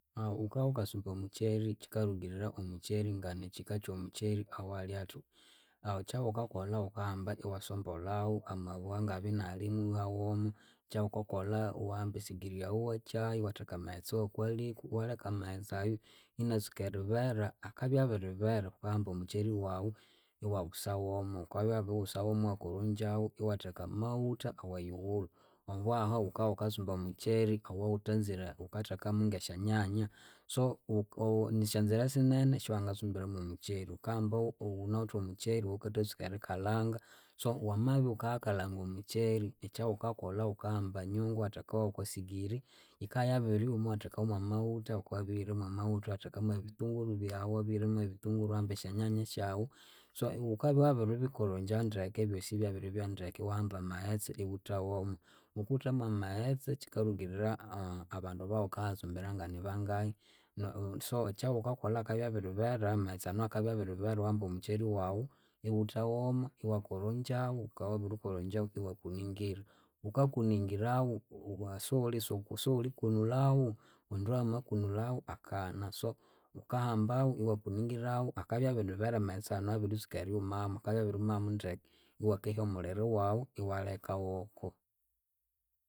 wukawukasa okwamukyeri kyikalhukirira omukyeri nganikyika kyo mukyeri owalyathi. Ekyawukahamba wukasombolhawu amabwe awangabya inalimu iwihawoho. Ekyawukakolha iwahamba esigiri yawu iwakyayu, iwatheka amaghetse wo kwaliku iwaleka amaghetse ayu inatsuka eribera. Ababya abiribera iwahamba omukyeri wawu iwa wusawomo. Wukabya wabiwusawomo iwakorongyamu iwatheka amaghutha weyiwulhu obo ahu wukawukatsumba omukyeri owawuthanzire wukathekamu ngesyanyanya. So nisyanzira sinene esyawangatsumbiramu omukyeri. Wukahamba wunawithe omukyeri owawukathatsuka erikalhanga. So wamabya iwukayakalhanga omukyeri ekyawukakolha wukahamba enyungu iwatheka yokwasigiri yikayabiryuma iwatheka mwamawutha wukawabitheka mwamawutha iwathekamu ebithunguru byawu wabihiramu ebithunguru byawu iwahamba esyanyanya syawu. So iwukabya wabiribikorongya ndeke ebyosi byabiribya ndeke iwahamba amaghetse iwuthawomo. Wukutha mwamaghetse kyikarugirira abandu abawukatsumbira nganibangahi so ekyawukakolha akabya abiribera amaghetse anu akabya abiribera iwahamba omukyeri wawu iwuthawomo iwakorongyawu wuka wabirikorongyamu iwakuningira wukakuningirawu siwulikunulawu kundi wamakunulawu akaghana so wukahambawu iwakuningirawu akabya abiri bera amaghetse anu amabiritsuka eryumamu ndeke iwakehya omulhiro wawu iwalekawoko.